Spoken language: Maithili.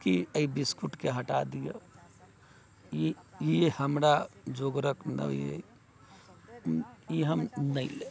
की एहि बिस्कुटके हटाए दिऔ ई हमरा जोगरक नहि अहि ई हम नहि लेब